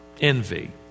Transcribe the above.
envy